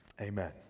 Amen